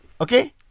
Okay